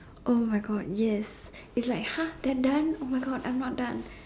!oh-my-God! yes it's like !huh! they are done !oh-my-God! I'm not done